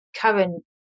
current